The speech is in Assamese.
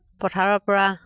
পথাৰৰ পৰা